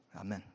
amen